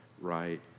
right